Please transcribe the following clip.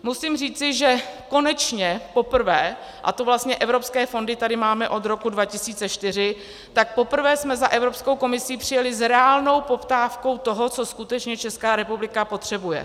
Musím říci, že konečně, poprvé, a to vlastně evropské fondy tady máme od roku 2004, tak poprvé jsme za Evropskou komisí přijeli s reálnou poptávkou toho, co skutečně ČR potřebuje.